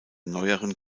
neueren